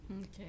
okay